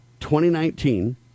2019